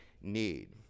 need